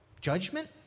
judgment